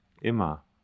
Immer